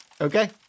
Okay